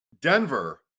Denver